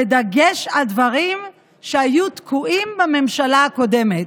"בדגש על דברים שהיו תקועים בממשלה הקודמת".